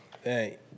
Hey